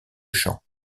chant